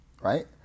Right